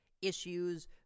Issues